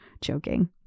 Joking